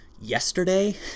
yesterday